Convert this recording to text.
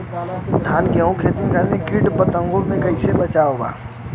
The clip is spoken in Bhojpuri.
धान गेहूँक खेती के कीट पतंगों से कइसे बचावल जाए?